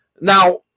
Now